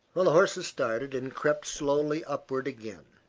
the horses started and crept slowly upward again.